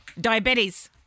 Diabetes